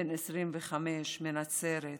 בן 25 מנצרת,